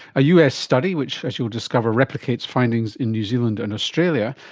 a us study which, as you'll discover, replicates findings in new zealand and australia,